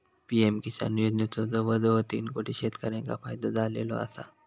PM Kisan योजनेचो जवळजवळ तीन कोटी शेतकऱ्यांका फायदो झालेलो आसा